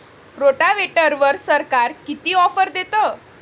रोटावेटरवर सरकार किती ऑफर देतं?